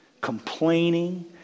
complaining